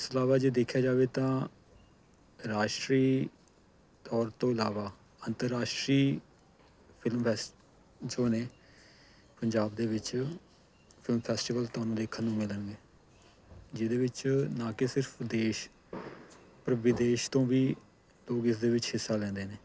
ਇਸ ਤੋਂ ਇਲਾਵਾ ਜੇ ਦੇਖਿਆ ਜਾਵੇ ਤਾਂ ਰਾਸ਼ਟਰੀ ਤੌਰ ਤੋਂ ਇਲਾਵਾ ਅੰਤਰਰਾਸ਼ਟਰੀ ਫਿਲਮ ਬਸ ਜੋ ਨੇ ਪੰਜਾਬ ਦੇ ਵਿੱਚ ਫਿਲਮ ਫੈਸਟੀਵਲ ਤੁਹਾਨੂੰ ਦੇਖਣ ਨੂੰ ਮਿਲਣਗੇ ਜਿਹਦੇ ਵਿੱਚ ਨਾ ਕਿ ਸਿਰਫ ਦੇਸ਼ ਪਰ ਵਿਦੇਸ਼ ਤੋਂ ਵੀ ਲੋਕ ਇਸਦੇ ਵਿੱਚ ਹਿੱਸਾ ਲੈਂਦੇ ਨੇ